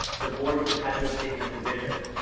the board would have had to have taken a position.